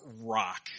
rock